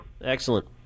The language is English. Excellent